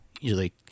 usually